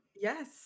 Yes